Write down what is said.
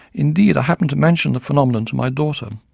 indeed i happened to mention the phenomenon to my daughter,